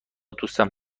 دوستم